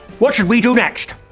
what should we do next?